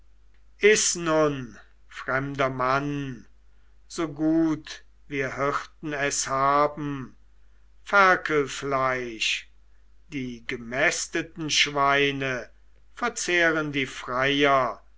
nun fremder mann so gut wir hirten es haben ferkelfleisch die gemästeten schweine verzehren die freier